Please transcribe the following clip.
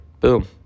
boom